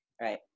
Right